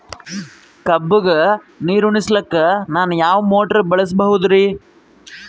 ಕಬ್ಬುಗ ನೀರುಣಿಸಲಕ ನಾನು ಯಾವ ಮೋಟಾರ್ ಬಳಸಬಹುದರಿ?